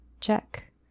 Check